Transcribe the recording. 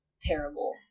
terrible